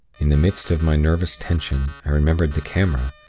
in the midst of my nervous tension i remembered the camera,